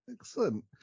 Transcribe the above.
excellent